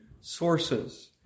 sources